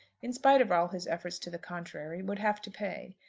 in spite of all his efforts to the contrary, would have to pay.